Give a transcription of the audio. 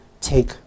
take